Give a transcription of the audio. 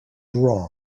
wrong